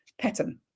pattern